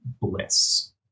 bliss